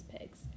pigs